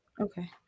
Okay